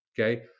okay